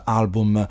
album